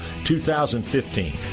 2015